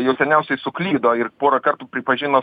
jau seniausiai suklydo ir porą kartų pripažino